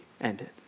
ended